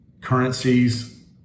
currencies